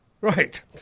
Right